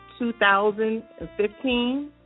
2015